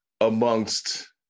amongst